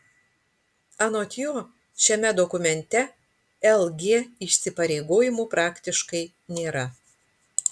anot jo šiame dokumente lg įsipareigojimų praktiškai nėra